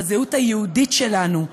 בזהות היהודית שלנו,